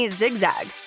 zigzag